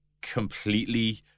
completely